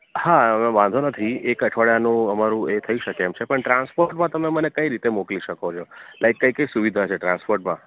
હા હવે વાંધો નથી એક અઠવાડિયાનું અમારું એ થઈ શકે એમ છે પણ ટ્રાન્સપોર્ટમાં તમે મને કઈ રીતે મોકલી શકો છો લાઇક કઈ કઈ સુવિધા છે ટ્રાન્સપોર્ટમાં